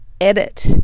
edit